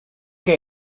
què